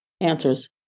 answers